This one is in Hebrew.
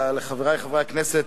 לפני חברי חברי הכנסת,